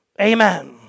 amen